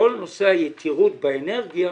כל נושא היתירות באנרגיה